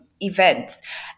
events